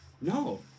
No